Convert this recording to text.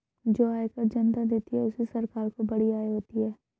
जो आयकर जनता देती है उससे सरकार को बड़ी आय होती है